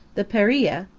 the paria,